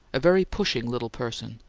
a very pushing little person,